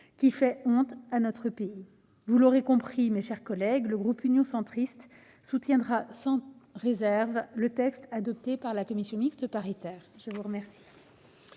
qui fait honte à notre pays. Vous l'aurez compris, mes chers collègues, le groupe Union Centriste soutiendra sans réserve le texte adopté par la commission mixte paritaire. La parole